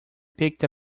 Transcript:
picked